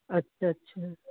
ਅੱਛਾ ਅੱਛਾ